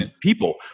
people